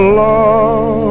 love